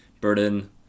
burden